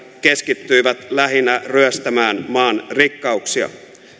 keskittyivät lähinnä ryöstämään maan rikkauksia